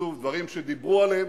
שוב, דברים שדיברו עליהם.